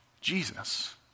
Jesus